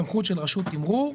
סמכות של רשות תימרור,